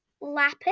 Lapis